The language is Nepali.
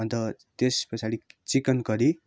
अन्त त्यस पछाडि चिकन करी